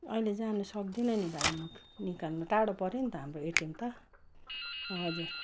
अहिले जानु सक्दिनँ नि भाइ म त निकाल्नु टाडा पऱ्यो नि त हाम्रो एटिएम त हजुर